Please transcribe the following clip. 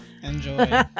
Enjoy